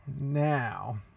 Now